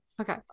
Okay